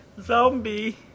Zombie